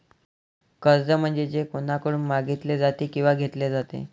कर्ज म्हणजे जे कोणाकडून मागितले जाते किंवा घेतले जाते